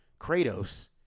Kratos